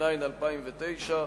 התש"ע 2009,